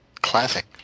Classic